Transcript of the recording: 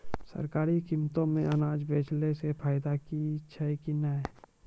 सरकारी कीमतों मे अनाज बेचला से फायदा छै कि नैय?